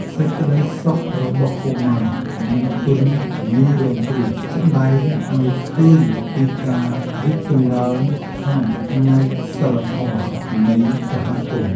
សេចក្តីសុខរបស់កុមារនិងជនងាយរងគ្រោះស្តែងឱ្យឃើញពីការរីកចម្រើនខាងផ្នែកសីលធម៌នៃសហគមន៍។